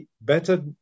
better